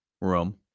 room